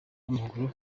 w’amaguru